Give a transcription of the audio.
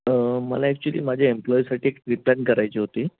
मला ॲक्च्युली माझ्या एम्प्लॉईसाठी एक ट्रीप प्लॅन करायची होती